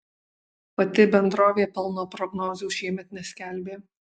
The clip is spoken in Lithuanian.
pati bendrovė pelno prognozių šiemet neskelbė